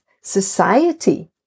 society